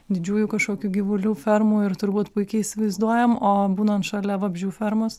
didžiųjų kažkokių gyvulių fermų ir turbūt puikiai įsivaizduojam o būnant šalia vabzdžių fermos